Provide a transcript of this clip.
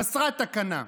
חסרת תקנה.